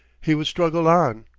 he would struggle on.